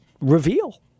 reveal